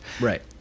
right